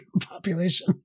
population